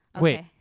Wait